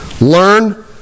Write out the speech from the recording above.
Learn